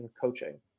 coaching